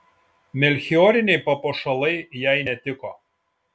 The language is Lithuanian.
melchioriniai papuošalai jai netiko